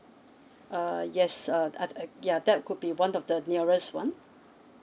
uh yes uh uh ya that could be one of the nearest one